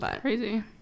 Crazy